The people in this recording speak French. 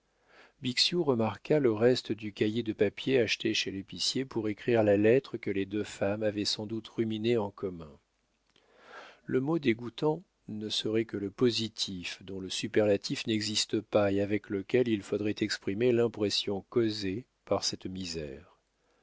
bixiou remarqua le reste du cahier de papier acheté chez l'épicier pour écrire la lettre que les deux femmes avaient sans doute ruminée en commun le mot dégoûtant ne serait que le positif dont le superlatif n'existe pas et avec lequel il faudrait exprimer l'impression causée par cette misère